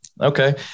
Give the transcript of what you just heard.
Okay